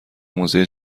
موزه